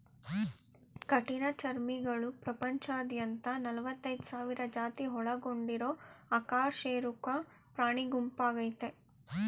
ಕಠಿಣಚರ್ಮಿಗಳು ಪ್ರಪಂಚದಾದ್ಯಂತ ನಲವತ್ತೈದ್ ಸಾವಿರ ಜಾತಿ ಒಳಗೊಂಡಿರೊ ಅಕಶೇರುಕ ಪ್ರಾಣಿಗುಂಪಾಗಯ್ತೆ